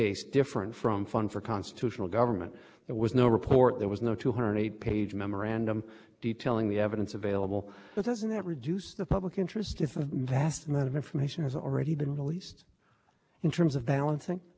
was no report there was no two hundred page memorandum detailing the evidence available but doesn't that reduce the public interest if a vast amount of information has already been released in terms of balancing it's a i mean maybe it adjusted